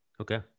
Okay